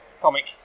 comic